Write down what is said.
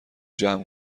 جمع